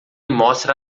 mostra